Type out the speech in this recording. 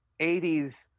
80s